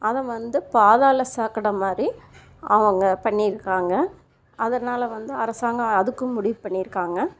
அதை வந்து பாதாள சாக்கடை மாதிரி அவங்க பண்ணியிருக்குறாங்க அதனால் வந்து அரசாங்கம் அதுக்கும் முடிவு பண்ணியிருக்காங்க